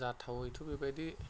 जाथाविथ' बेबायदि